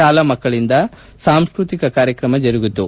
ಶಾಲಾ ಮಕ್ಕಳಂದ ಸಾಂಸ್ನತಿಕ ಕಾರ್ಯಕ್ರಮ ಜರುಗಿತು